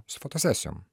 su fotosesijom